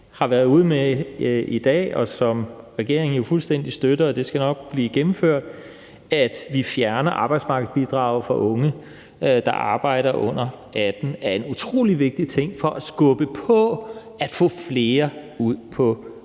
har været ude med i dag, og som regeringen jo fuldstændig støtter – og det skal nok blive gennemført – om, at vi fjerner arbejdsmarkedsbidraget for unge under 18 år, der arbejder, er en utrolig vigtig ting for at skubbe på for at få flere ud på